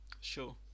Sure